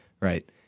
Right